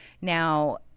now